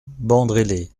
bandrélé